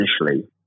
initially